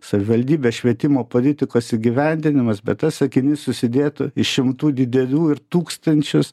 savivaldybės švietimo politikos įgyvendinimas bet tas sakinys susidėtų iš šimtų didelių ir tūkstančius